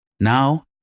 Now